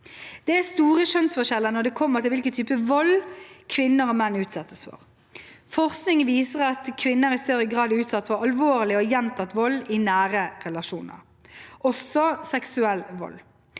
Det er store kjønnsforskjeller når det kommer til hvilken type vold kvinner og menn utsettes for. Forskning viser at kvinner i større grad er utsatt for alvorlig og gjentatt vold i nære relasjoner, også seksuell vold.